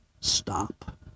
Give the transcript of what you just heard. stop